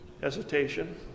Hesitation